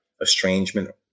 estrangement